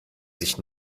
sich